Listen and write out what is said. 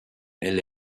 elle